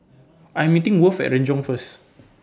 I'm meeting Worth At Renjong First